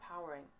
empowering